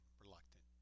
reluctant